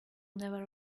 never